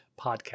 Podcast